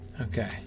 Okay